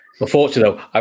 unfortunately